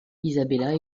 isabella